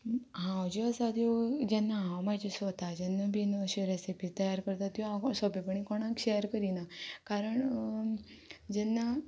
हांव ज्यो आसा त्यो जेन्ना हांव म्हज्यो स्वता जेन्ना बी अश्यो रेसिपी तयार करता त्यो हांव सोपेपणी कोणाक शॅर करिना कारण जेन्ना